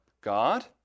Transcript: God